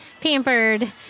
pampered